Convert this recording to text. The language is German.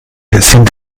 sind